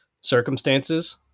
circumstances